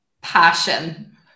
Passion